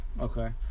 Okay